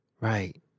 Right